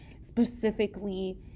specifically